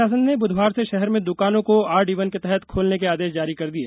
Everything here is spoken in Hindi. प्रशासन ने बुधवार से शहर में दुकानों को ऑड इवन के तहत खोलने के आदेश जारी कर दिए